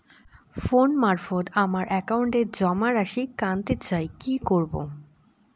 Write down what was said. Phone মারফত আমার একাউন্টে জমা রাশি কান্তে চাই কি করবো?